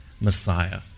Messiah